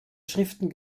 schriften